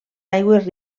aigües